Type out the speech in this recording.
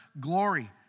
glory